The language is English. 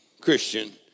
Christian